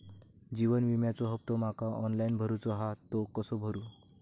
जीवन विम्याचो हफ्तो माका ऑनलाइन भरूचो हा तो कसो भरू?